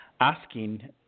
asking